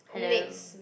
hello